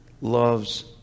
loves